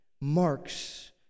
marks